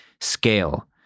scale